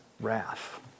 wrath